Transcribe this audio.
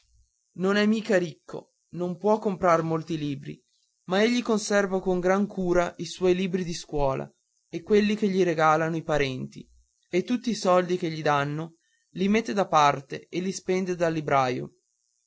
non è mica ricco non può comprar molti libri ma egli conserva con gran cura i suoi libri di scuola e quelli che gli regalano i parenti e tutti i soldi che gli danno li mette da parte e li spende dal libraio